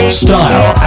style